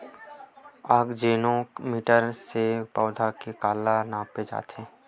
आकजेनो मीटर से पौधा के काला नापे जाथे?